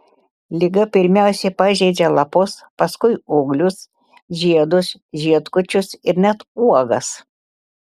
liga pirmiausia pažeidžia lapus paskui ūglius žiedus žiedkočius ir net uogas